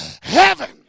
heaven